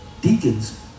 Deacons